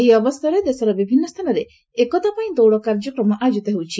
ଏହି ଅବସରରେ ଦେଶର ବିଭିନ୍ନ ସ୍ରାନରେ ଏକତା ପାଇଁ ଦୌଡ଼ କାର୍ଯ୍ୟକ୍ରମ ଆୟୋଜିତ ହେଉଛି